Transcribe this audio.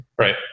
right